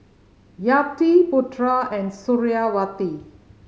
Yati Putra and Suriawati